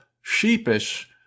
sheepish